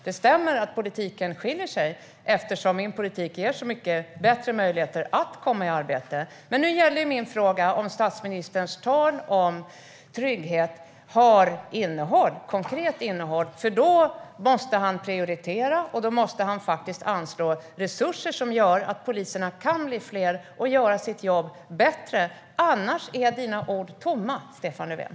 Det stämmer att politiken skiljer sig, eftersom min politik ger så mycket bättre möjligheter att komma i arbete. Men nu gäller min fråga om statsministerns tal om trygghet har konkret innehåll. Då måste han prioritera och anslå resurser som gör att poliserna kan bli fler och göra sitt jobb bättre. Annars är dina ord tomma, Stefan Löfven.